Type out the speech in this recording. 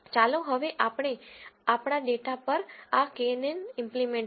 ચાલો હવે આપણે આપણા ડેટા પર આ કેએનએન ઈમ્પલીમેન્ટ કરીએ